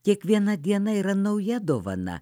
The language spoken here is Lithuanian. kiekviena diena yra nauja dovana